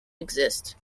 exist